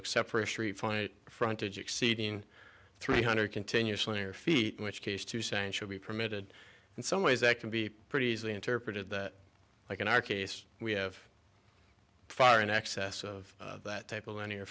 except for a street fight frontage exceeding three hundred continuously or feet in which case to say it should be permitted in some ways that can be pretty easily interpreted that like in our case we have far in excess of that type of money or